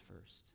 first